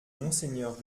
monseigneur